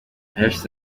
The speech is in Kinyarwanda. hashize